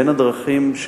בין הדרכים,